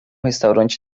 restaurante